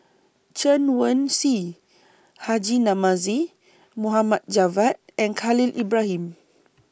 Chen Wen Hsi Haji Namazie Mohd Javad and Khalil Ibrahim